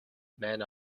man